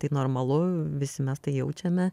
tai normalu visi mes tai jaučiame